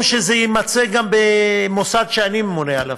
זה יימצא גם במוסד שאני ממונה עליו,